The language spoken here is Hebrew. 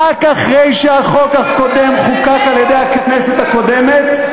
רק אחרי שהחוק הקודם חוקק על-ידי הכנסת הקודמת,